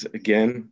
again